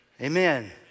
Amen